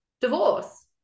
Divorce